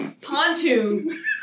pontoon